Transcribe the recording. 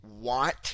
want